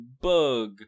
bug